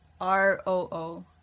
R-O-O